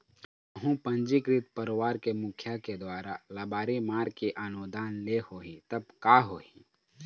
कहूँ पंजीकृत परवार के मुखिया के दुवारा लबारी मार के अनुदान ले होही तब का होही?